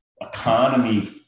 economy